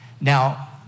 Now